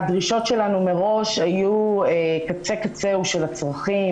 הדרישות שלנו מראש היו קצה קצהו של הצרכים,